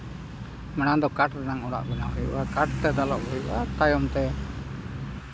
ᱢᱟᱲᱟᱝ ᱫᱚ ᱠᱟᱴᱷ ᱨᱮᱭᱟᱜ ᱚᱲᱟᱜ ᱵᱮᱱᱟᱣ ᱦᱩᱭᱩᱜᱼᱟ ᱠᱟᱴᱷ ᱛᱮ ᱫᱟᱞᱚᱵ ᱦᱩᱭᱩᱜᱼᱟ ᱛᱟᱭᱚᱢ ᱛᱮ